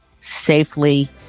safely